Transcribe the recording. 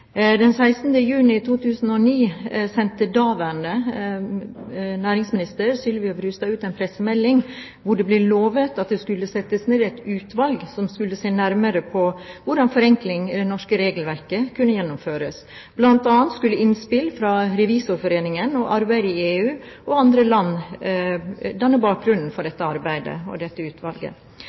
juni 2009 sendte daværende næringsminister Sylvia Brustad ut en pressemelding hvor det ble lovet at det skulle settes ned et utvalg som skulle se nærmere på hvordan forenklinger i det norske regelverket kunne gjennomføres, bl.a. skulle innspill fra Revisorforeningen, arbeidet i EU og i andre land danne bakgrunnen for utvalgets arbeid. Nå har det gått 238 dager siden Brustads pressemelding, og